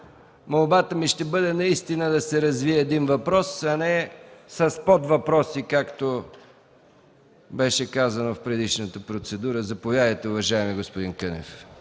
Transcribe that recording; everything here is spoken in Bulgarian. Молбата ми ще бъде да се развие един въпрос, а не с подвъпроси, както беше казано в предишната процедура. Заповядайте, уважаеми господин Кънев.